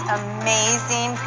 amazing